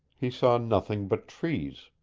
he saw nothing but trees.